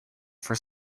for